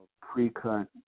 pre-cut